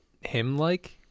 him-like